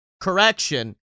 Correction